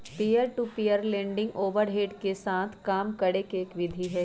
peer to peer lending overhead के साथ काम करे के एक विधि हई